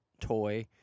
toy